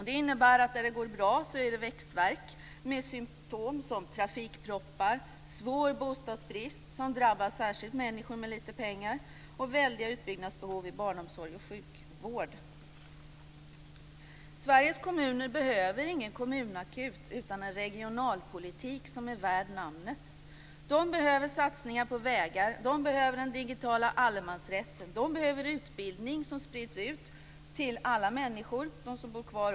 Det innebär att där det går bra är det växtvärk, med symtom som trafikproppar, svår bostadsbrist som särskilt drabbar människor med lite pengar och väldiga utbyggnadsbehov i barnomsorg och sjukvård. Sveriges kommuner behöver ingen kommunakut utan en regionalpolitik som är värd namnet. De behöver satsningar på vägar. De behöver den digitala allemansrätten. De behöver utbildning som sprids ut till alla människor, också de som bor kvar.